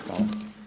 Hvala.